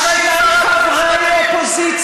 איזו צביעות.